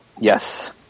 Yes